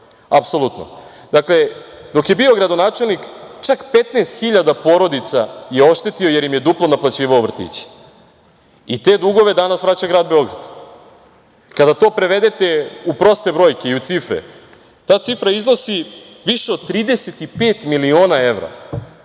apsolutno. Dakle, dok je bio gradonačelnik čak 15.000 porodica je oštetio jer im je duplo naplaćivao vrtiće i te dugove danas vraća grad Beograd. Kada to prevedete u proste brojke i u cifre, ta cifra iznosi više od 35 miliona evra